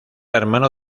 hermano